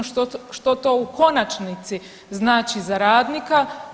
Što to u konačnici znači za radnika?